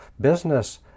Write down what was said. business